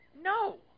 No